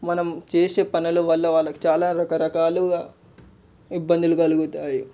మనం చేసే పనుల వల్ల వాళ్ళకు చాలా రకరకాలుగా ఇబ్బందులు కలుగుతాయి